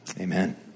amen